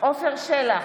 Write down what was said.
עפר שלח,